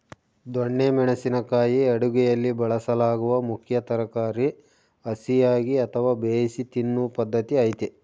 ದೊಣ್ಣೆ ಮೆಣಸಿನ ಕಾಯಿ ಅಡುಗೆಯಲ್ಲಿ ಬಳಸಲಾಗುವ ಮುಖ್ಯ ತರಕಾರಿ ಹಸಿಯಾಗಿ ಅಥವಾ ಬೇಯಿಸಿ ತಿನ್ನೂ ಪದ್ಧತಿ ಐತೆ